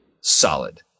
solid